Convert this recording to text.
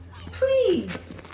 Please